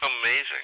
Amazing